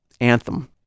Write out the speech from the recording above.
Anthem